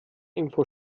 info